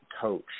coach